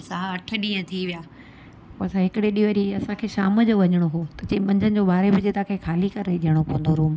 पोइ असां अठ ॾींहं थी विया पोइ असां हिकिड़े ॾीहुं वरी असांखे शाम जो वञिणो हुओ त चयईं मंझंदि जो ॿारहं बजे तव्हांखे ख़ाली करे ई ॾियणो पवंदो रूम